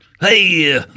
Hey